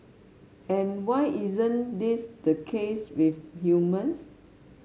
and why isn't this the case with humans